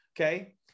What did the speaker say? okay